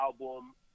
album